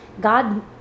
God